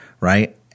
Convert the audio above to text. right